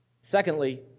Secondly